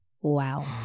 Wow